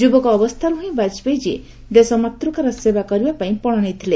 ଯୁବକ ଅବସ୍ଥାରୁ ହିଁ ବାଜପେୟୀଜୀ ଦେଶ ମାତୃକାର ସେବା କରିବା ପାଇଁ ପଣ ଦେଇଥିଲେ